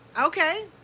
Okay